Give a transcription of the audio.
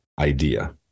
idea